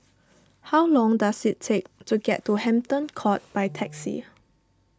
how long does it take to get to Hampton Court by taxi